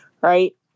Right